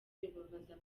bibabaza